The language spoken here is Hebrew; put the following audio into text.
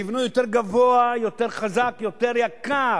ויבנו יותר גבוה, יותר חזק, יותר יקר.